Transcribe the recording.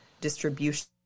distribution